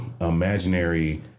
imaginary